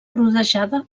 rodejada